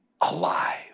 alive